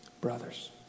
brothers